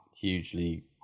hugely